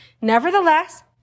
nevertheless